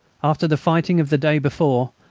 after the fighting of the day before,